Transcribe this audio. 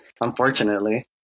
unfortunately